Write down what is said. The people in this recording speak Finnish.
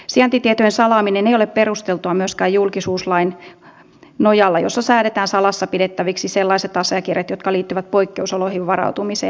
sijaintitietojen salaaminen ei ole perusteltua myöskään julkisuuslain nojalla jossa säädetään salassa pidettäviksi sellaiset asiakirjat jotka liittyvät poikkeusoloihin varautumiseen